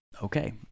Okay